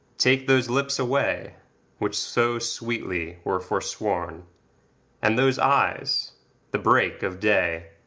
take those lips away which so sweetly were forsworn and those eyes the break of day,